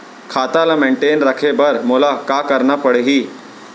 खाता ल मेनटेन रखे बर मोला का करना पड़ही?